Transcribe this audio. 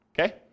okay